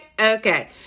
Okay